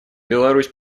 беларусь